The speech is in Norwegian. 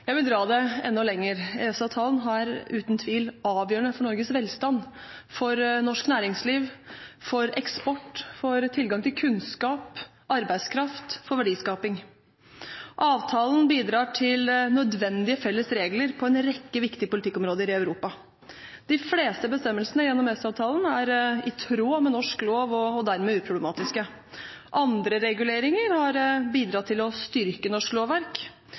Norges velstand, for norsk næringsliv, eksport, tilgang til kunnskap, arbeidskraft og verdiskaping. Avtalen bidrar til nødvendige felles regler på en rekke viktige politikkområder i Europa. De fleste bestemmelsene i EØS-avtalen er i tråd med norsk lov og dermed uproblematiske. Andre reguleringer har bidratt til å styrke norsk lovverk,